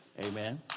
Amen